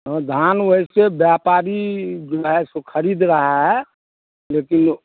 हाँ धान वैसे व्यापारी जो है उसको ख़रीद रहा है लेकिन